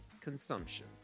consumption